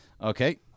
Okay